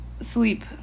sleep